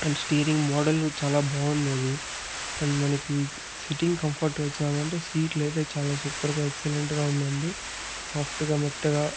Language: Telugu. అండ్ స్టీరింగ్ మోడలు చాలా బాగుందది అండ్ మనకి సిట్టింగ్ కంఫర్ట్ వచ్చామంటే సీట్లైతే చాలా సూపర్ గా ఎక్సలెంట్ గా ఉందండి సాఫ్ట్ గా మెత్తగా